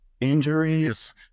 injuries